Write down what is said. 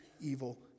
evil